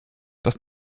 dass